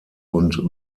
und